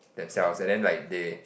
themselves and then like they